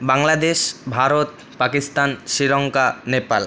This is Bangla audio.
বাংলাদেশ ভারত পাকিস্তান শ্রীলঙ্কা নেপাল